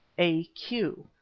a q,